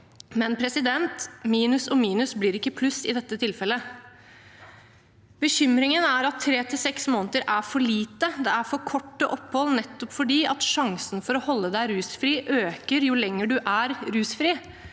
Men minus og minus blir ikke pluss i dette tilfellet. Bekymringen er at tre til seks måneder er for lite. Det er for korte opphold, nettopp fordi sjansen for å holde seg rusfri øker jo lenger man er rusfri.